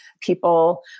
people